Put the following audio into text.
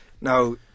now